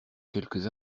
quelques